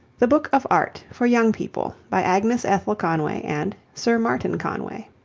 the book of art for young people by agnes ethel conway and sir martin conway